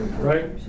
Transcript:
Right